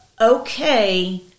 okay